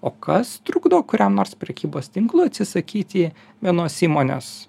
o kas trukdo kuriam nors prekybos tinklui atsisakyti vienos įmonės